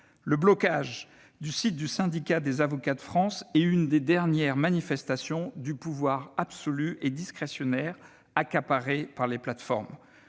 Le blocage du site du Syndicat des avocats de France est l'une des dernières manifestations du pouvoir absolu et discrétionnaire accaparé par les plateformes.